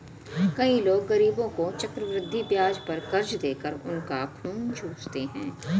कई लोग गरीबों को चक्रवृद्धि ब्याज पर कर्ज देकर उनका खून चूसते हैं